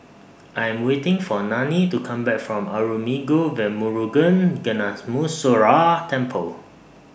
I'm waiting For Nanie to Come Back from Arulmigu Velmurugan Gnanamuneeswarar Temple